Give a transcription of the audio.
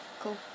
Cool